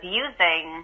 using